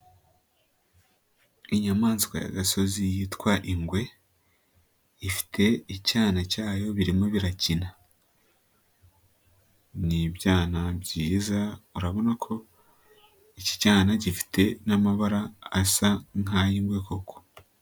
Inyamaswa y'agasozi yitwa ingwe, ifite icyana cyayo birimo birakina. Ni ibyana byiza, urabona ko ikiyana gifite n'amabara asa nk'ayingwe koko.